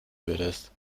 würdest